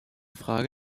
frage